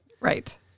Right